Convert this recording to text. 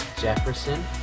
Jefferson